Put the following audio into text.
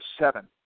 seven